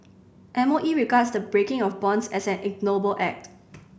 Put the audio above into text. M O E regards the breaking of bonds as an ignoble act